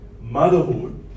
motherhood